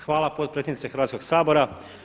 Hvala potpredsjednice Hrvatskoga sabora.